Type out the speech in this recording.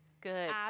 Good